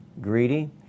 greedy